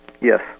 Yes